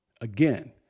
Again